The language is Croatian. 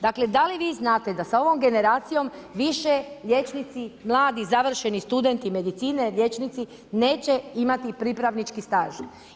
Dakle, da li vi znate da sa ovom generacijom više liječnici, mladi, završeni studenti medicine, liječnici neće imati pripravnički staž?